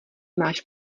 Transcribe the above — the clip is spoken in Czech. máš